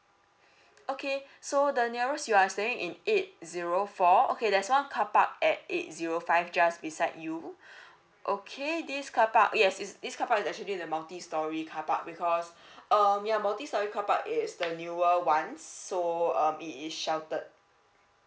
okay so the nearest you are staying in eight zero four okay there's one carpark at eight zero five just beside you okay this carpark yes is this capark is actually the multi storey carpark because um ya multi storey carpark is the newer ones so it is sheltered